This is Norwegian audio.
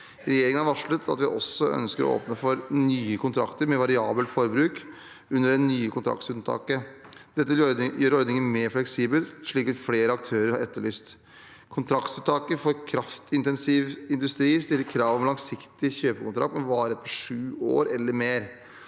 Regjeringen har varslet at vi også ønsker å åpne for nye kontrakter med variabelt forbruk under det nye kontraktsunntaket. Dette vil gjøre ordningen mer fleksibel, slik flere aktører har etterlyst. Kontraktsunntaket for kraftintensiv industri stiller krav om langsiktig kjøpekontrakt som må vare i sju år eller mer,